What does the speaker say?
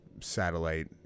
satellite